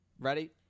Ready